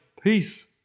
Peace